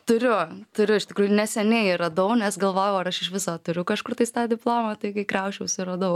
turiu turiu iš tikrųjų neseniai radau nes galvojau ar aš iš viso turiu kažkur tais tą diplomą tai kai krausčiausi radau